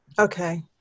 Okay